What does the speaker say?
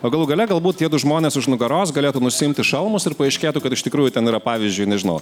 o galų gale galbūt tie du žmonės už nugaros galėtų nusiimti šalmus ir paaiškėtų kad iš tikrųjų ten yra pavyzdžiui nežinau